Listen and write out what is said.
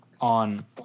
on